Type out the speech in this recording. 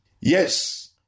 Yes